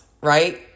right